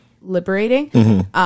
liberating